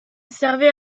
servait